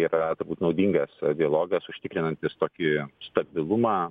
yra turbūt naudingas dialogas užtikrinantis tokį stabilumą